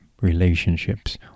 relationships